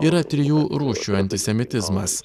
yra trijų rūšių antisemitizmas